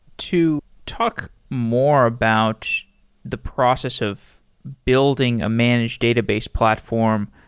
to talk more about the process of building a managed database platform,